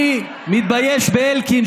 אני מתבייש באלקין,